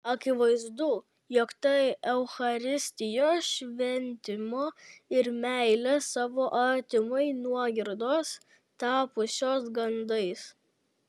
akivaizdu jog tai eucharistijos šventimo ir meilės savo artimui nuogirdos tapusios gandais